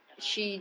ya